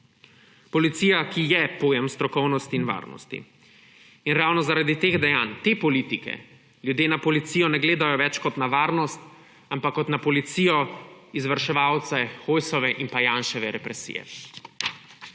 Policija, ki je pojem strokovnosti in varnosti. In ravno zaradi teh dejanj te politike ljudje na policijo ne gledajo več kot na varnost, ampak kot na policijo – izvrševalce Hojsove in Janševe represije.